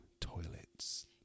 toilets